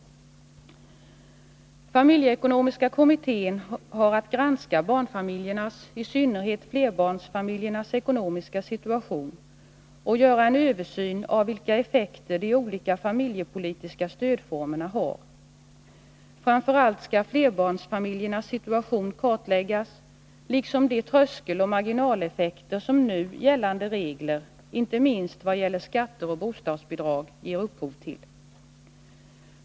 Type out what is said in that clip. Familjeekonomiska kommittén har att granska barnfamiljernas — i synnerhet flerbarnsfamiljernas — ekonomiska situation och göra en översyn av vilka effekter de olika familjepolitiska stödformerna har. Framför allt skall flerbarnsfamiljernas situation kartläggas, liksom de tröskeloch marginaleffekter som nu gällande regler, inte minst i fråga om skatter och bostadsbidrag, ger upphov till.